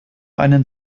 einen